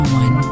one